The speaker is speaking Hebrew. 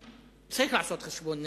צריך לעשות חשבון נפש.